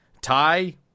tie